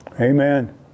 Amen